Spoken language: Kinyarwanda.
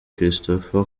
christopher